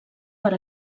per